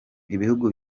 ibihugu